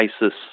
ISIS